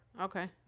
Okay